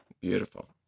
Beautiful